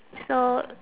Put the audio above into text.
so